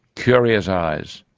curious eyes,